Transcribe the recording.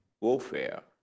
warfare